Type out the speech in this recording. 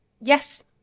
yes